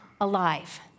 alive